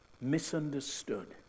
misunderstood